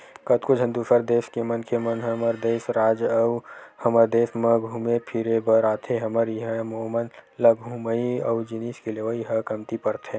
कतको झन दूसर देस के मनखे मन ह हमर राज अउ हमर देस म घुमे फिरे बर आथे हमर इहां ओमन ल घूमई अउ जिनिस के लेवई ह कमती परथे